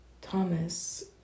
Thomas